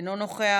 אינו נוכח,